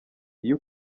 iyo